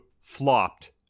flopped